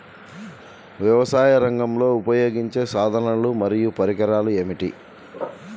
వ్యవసాయరంగంలో ఉపయోగించే సాధనాలు మరియు పరికరాలు ఏమిటీ?